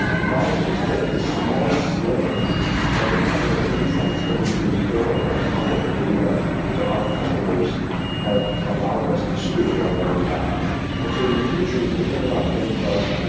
and that is just the the smallest sliver of the type of insights that we can build on top of the data that our customers have allowed us to steward on their behalf and so in the future, you can think about things like,